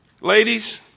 ladies